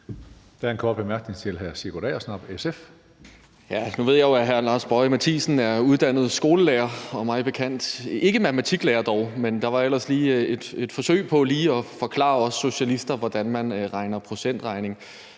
Der er en kort bemærkning til hr. Sigurd Agersnap, SF. Kl. 18:25 Sigurd Agersnap (SF): Nu ved jeg jo, at hr. Lars Boje Mathiesen er uddannet skolelærer. Mig bekendt er han dog ikke matematiklærer. Der var ellers lige et forsøg på at forklare os socialister, hvordan man laver procentregning.